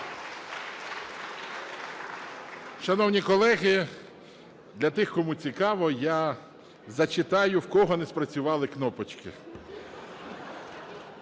Шановні колеги, для тих, кому цікаво, я зачитаю, в кого не спрацювали кнопочки.